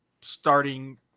starting